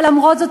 אבל למרות זאת,